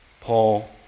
Paul